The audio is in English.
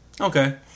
okay